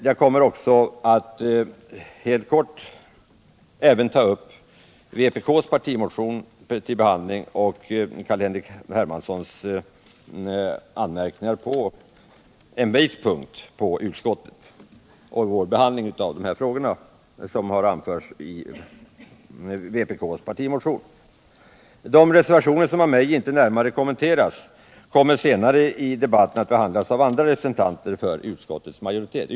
Jag kommer också att helt kort beröra vpk:s partimotion och Carl-Henrik Hermanssons anmärkningar mot utskottets behandling av de i motionen upptagna frågorna. De reservationer som jag inte närmare kommenterar kommer senare i debatten att behandlas av andra representanter för utskottsmajoriteten.